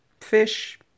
fish